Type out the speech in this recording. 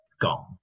gone